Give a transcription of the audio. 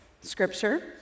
scripture